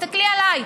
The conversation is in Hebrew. תסתכלי עליי.